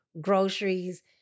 groceries